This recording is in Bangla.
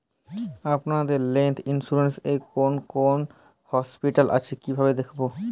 আপনাদের হেল্থ ইন্সুরেন্স এ কোন কোন হসপিটাল আছে কিভাবে দেখবো?